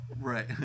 Right